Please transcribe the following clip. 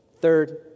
Third